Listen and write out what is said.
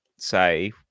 say